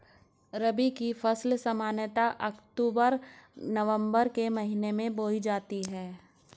रबी की फ़सल सामान्यतः अक्तूबर नवम्बर के महीने में बोई जाती हैं